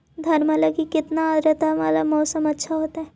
धनमा लगी केतना आद्रता वाला मौसम अच्छा होतई?